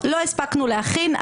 לא הספקנו להכין.